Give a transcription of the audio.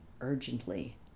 urgently